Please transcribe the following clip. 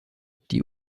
die